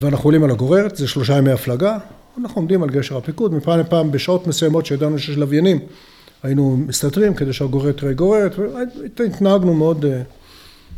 ואנחנו עולים על הגוררת זה שלושה ימי הפלגה אנחנו עומדים על גשר הפיקוד מפעם לפעם בשעות מסוימות שידענו שיש לוויינים היינו מסתתרים כדי שהגוררת תראה גוררת התנהגנו מאוד אה..